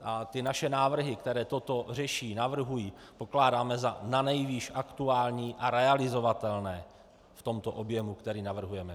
A ty naše návrhy, které toto řeší, navrhují, pokládáme za nanejvýš aktuální a realizovatelné v tomto objemu, který navrhujeme.